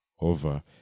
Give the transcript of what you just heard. over